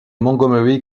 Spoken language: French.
montgomery